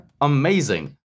amazing